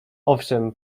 owszem